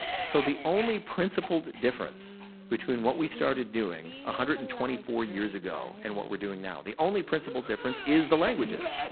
so, the only principled difference between what we started doing one ah hundred and twenty four years ago and what we're doing now, the only principle difference is the languages.